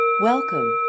Welcome